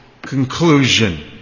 Conclusion